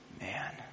man